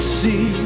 see